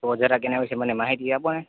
તો જરાક એના વિશે મને માહિતી આપોને